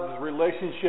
relationship